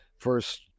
First